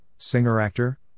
Singer-actor